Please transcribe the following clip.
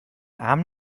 arm